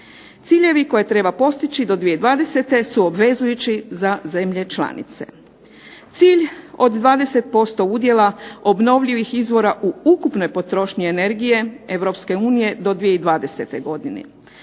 Ciljevi koje treba postići do 2020. su obvezujući za zemlje članice. Cilj od 20% udjela obnovljivih izvora u ukupnoj potrošnji energije Europske unije do 2020. godine.